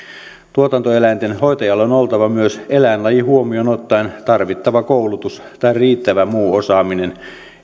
tuotantoeläinten hoitajalla on oltava myös eläinlaji huomioon ottaen tarvittava koulutus tai riittävä muu osaaminen